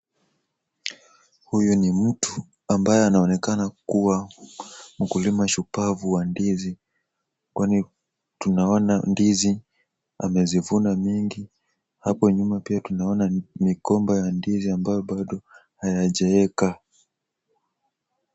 Huyu ni mtu ambaye anaonekana kuwa mkulima shupavu wa ndizi kwani tunaona ndizi amezivuna mingi. Hapo nyuma pia tunaona migomba ya ndizi ambayo hayajaeka.